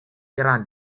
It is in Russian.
иран